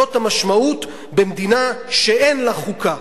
זאת המשמעות במדינה שאין לה חוקה.